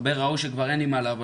הרבה ראו שכבר אין עם מה לעבוד.